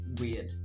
weird